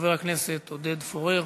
חבר הכנסת עודד פורר.